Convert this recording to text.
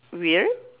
weird